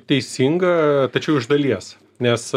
teisingą tačiau iš dalies nes